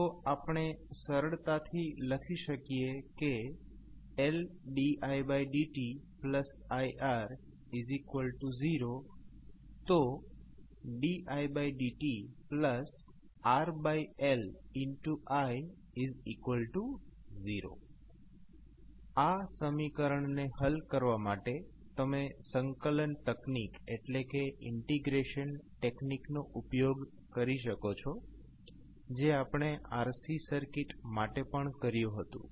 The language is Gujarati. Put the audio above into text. તો આપણે સરળતાથી લખી શકીએ કે LdidtiR0didtRLi0 આ સમીકરણ ને હલ કરવા માટે તમે સંકલન તકનીક નો ઉપયોગ કરી શકો છો જે આપણે RC સર્કિટ માટે પણ કર્યું હતું